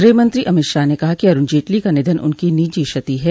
गृहमंत्री अमित शाह ने कहा कि अरुण जेटली का निधन उनकी निजी क्षति है